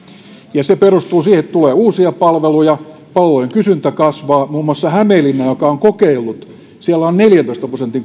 ja se perustuu siihen että tulee uusia palveluja palveluiden kysyntä kasvaa muun muassa hämeenlinnassa joka on kokeillut on neljäntoista prosentin